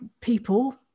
people